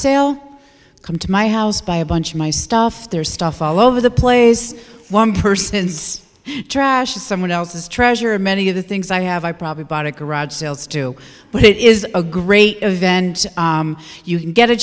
sale come to my house buy a bunch of my stuff there's stuff all over the place one person's trash is someone else's treasure many of the things i have i probably bought a garage sales too but it is a great event you can get a